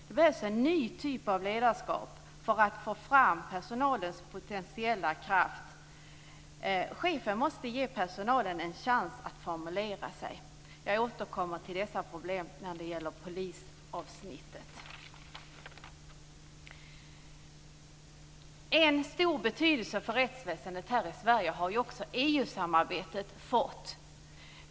Det behövs en ny typ av ledarskap för att få fram personalens potentiella kraft. Cheferna måste ge personalen en chans att formulera sig. Jag återkommer till dessa problem under polisavsnittet. En stor betydelse för rättsväsendet här i Sverige har också EU-samarbetet fått.